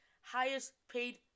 highest-paid